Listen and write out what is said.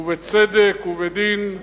ובצדק ובדין.